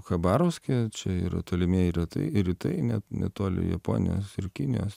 chabarovske čia yra tolimieji rytai rytai net netoli japonijos ir kinijos